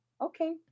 okay